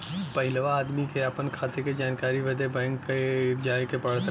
पहिलवा आदमी के आपन खाते क जानकारी बदे बैंक जाए क पड़त रहल